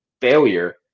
failure